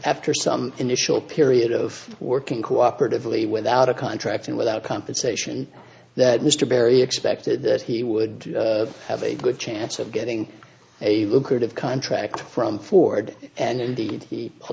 after some initial period of working cooperatively without a contract and without compensation that mr barry expected that he would have a good chance of getting a lucrative contract from ford and indeed